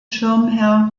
schirmherr